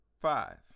five